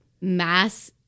mass-